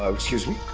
um excuse me.